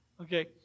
Okay